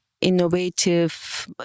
innovative